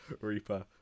Reaper